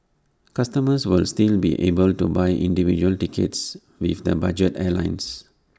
customers will still be able to buy individual tickets with the budget airlines